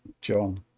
john